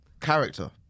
character